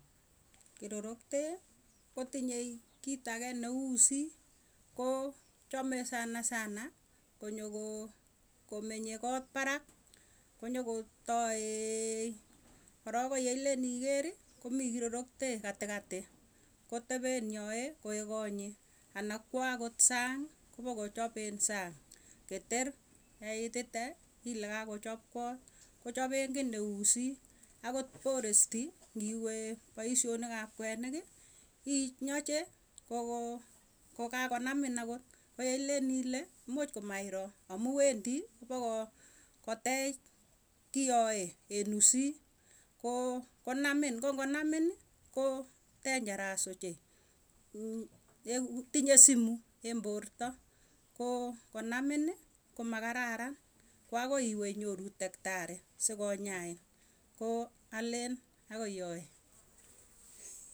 Kiroroktee kotinye kiit agee neuu usii kochamee sanasana konyokomenye koot parak konyokotaee korok yeilen ikerii komii kiroroktee katikati kotepen yoe koek kotnyii ana kwaa akot sangii kopokochop eng sang keter yeitite ile kakochop koot kochopen kii neuu usit. Akot forest ngiwee poisyonikap kwenikii inyachee koo kokakonamin akot, ko yeilen ile muuch komairoo amuu wendii pokoo teech kiyoe en usii, koo konamin ko ngonaminii koo dangerous ochei ko tinye sumu eng porto, koo ngonaminii komakararan koo agoi iwee inyoru daktarii koo alen akoi yoe.